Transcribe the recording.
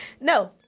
No